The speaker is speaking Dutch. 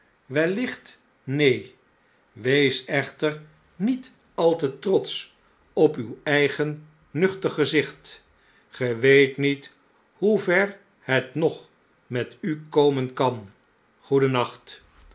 wellicht neen wees echter niet al te trotsch op uw eigen nuchter gezicht ge weet niet hoe ver het nog met u komen kan